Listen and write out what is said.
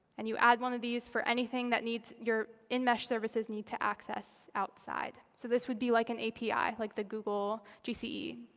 and you add one of these for anything that needs your in-mesh services need to access outside. so this would be like an api, like the google gce apis.